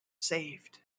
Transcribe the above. saved